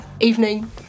evening